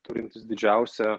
turintys didžiausią